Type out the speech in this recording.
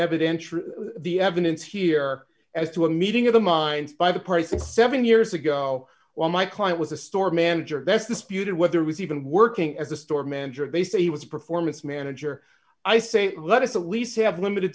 evidence for the evidence here as to a meeting of the minds by the price of seven years ago while my client was a store manager best disputed whether it was even working as a store manager they say he was a performance manager i say let us at least have limited